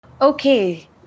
Okay